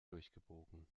durchgebogen